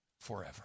forever